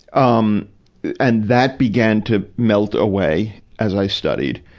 um and that began to melt away, as i studied.